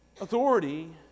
authority